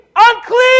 Unclean